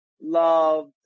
loved